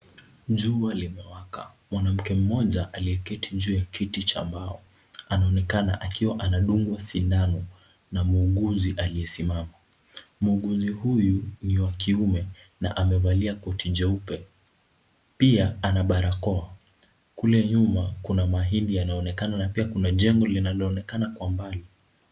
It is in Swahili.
Jua limewaka, mwanamke mmoja aliyeketi juu ya kiti cha mbao anaonekana akiwa anadungwa sindano na muuguzi aliyesimama. Muuguzi huyu ni wa kiume na amevalia koti jeupe pia ana barakoa. Kule nyuma kuna mahindi yanaonekana na pia kuna jengo linaonekana kwa mbali.